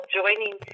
joining